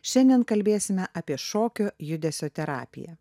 šiandien kalbėsime apie šokio judesio terapiją